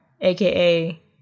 aka